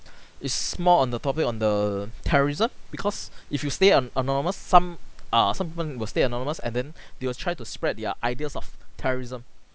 is more on the topic on the terrorism because if you stay an anonymous some err some people will stay anonymous and then they will try to spread their ideas of terrorism